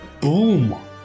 Boom